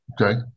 Okay